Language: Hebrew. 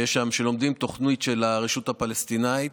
לומדים שם תוכנית של הרשות הפלסטינית,